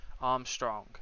Armstrong